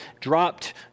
dropped